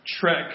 Trek